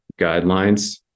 guidelines